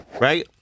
right